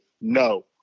no